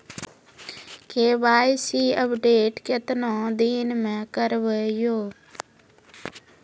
KYC update केतना दिन मे करेबे यो?